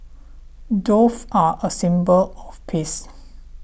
dove are a symbol of peace